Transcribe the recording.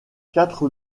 quatre